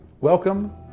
Welcome